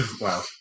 wow